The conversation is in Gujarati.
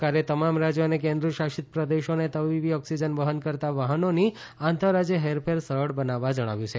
ઓક્સિજન કેન્દ્ર સરકારે તમામ રાજ્યો અને કેન્દ્રશાસિત પ્રદેશોને તબીબી ઓક્સિજન વહન કરતા વાહનોની આંતર રાજ્ય હેરફેર સરળ બનાવવા જણાવ્યું છે